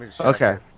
Okay